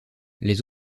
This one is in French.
les